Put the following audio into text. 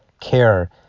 care